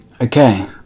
okay